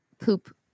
poop